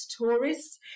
tourists